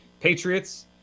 Patriots